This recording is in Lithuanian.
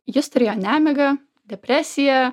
jis turėjo nemigą depresiją